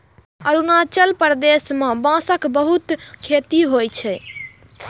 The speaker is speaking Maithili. अरुणाचल प्रदेश मे बांसक बहुत खेती होइ छै